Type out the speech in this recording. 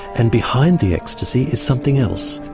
and behind the ecstasy is something else,